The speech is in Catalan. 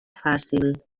fàcil